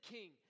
King